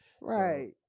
Right